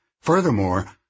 Furthermore